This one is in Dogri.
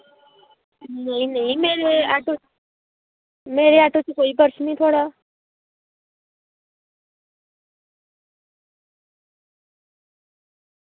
नेईं नेईं मेरे आटो मेरे आटो च कोई पर्स निं थुआढ़ा